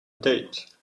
date